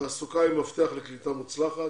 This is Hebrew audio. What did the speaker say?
תעסוקה היא מפתח לקליטה מוצלחת.